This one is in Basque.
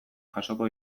jasoko